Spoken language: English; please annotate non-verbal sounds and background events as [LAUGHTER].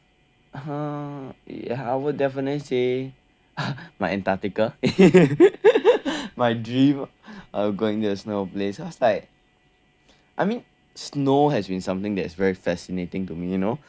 um ya I will definitely say my antarctica [LAUGHS] my dream of going that snow place cause like I mean snow has been something that's very fascinating to me you know like